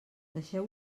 deixeu